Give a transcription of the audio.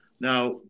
Now